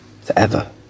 forever